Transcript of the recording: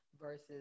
versus